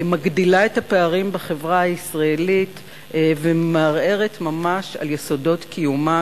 מגדילה את הפערים בחברה הישראלית ומערערת ממש על יסודות קיומה,